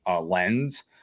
lens